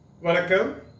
Welcome